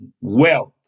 wealth